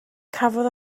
cafodd